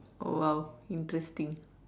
!wow! interesting